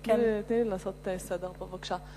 סגנית השר, תני לי לעשות סדר פה בבקשה.